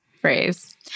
phrase